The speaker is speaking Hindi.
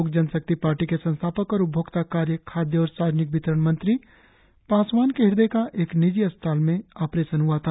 लोक जनशक्ति पार्टी के संस्थापक और उपभोक्ता कार्य खादय और सार्वजनिक वितरण मंत्री पासवान के हृदय का एक निजी अस्पताल में आपरेशन हआ था